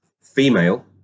female